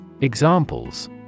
Examples